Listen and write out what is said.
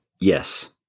Yes